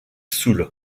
soul